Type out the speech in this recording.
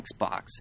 Xbox